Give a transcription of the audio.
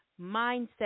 mindset